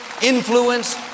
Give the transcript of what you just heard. Influence